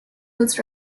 was